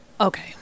Okay